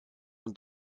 und